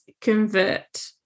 convert